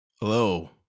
Hello